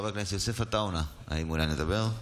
חבר הכנסת יוסף עטאונה, האם מעוניין לדבר?